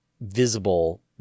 visible